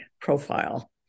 profile